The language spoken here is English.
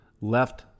left